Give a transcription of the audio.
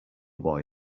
boy